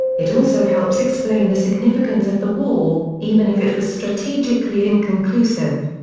it also helps explain the significance of the war, even if it was strategically inconclusive.